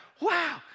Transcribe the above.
wow